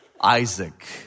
Isaac